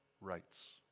rights